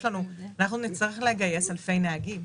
אנחנו נצטרך לגייס אלפי נהגים,